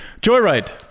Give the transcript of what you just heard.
Joyride